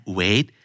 wait